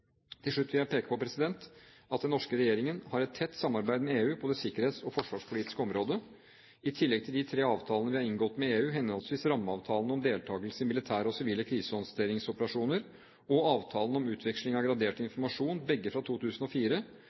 Til slutt vil jeg peke på at den norske regjeringen har et tett samarbeid med EU på det sikkerhets- og forsvarspolitiske området. I tillegg til de tre avtalene vi har inngått med EU, henholdsvis rammeavtalen om deltakelse i militære og sivile krisehåndteringsoperasjoner og avtalen om utveksling av gradert informasjon, begge fra 2004,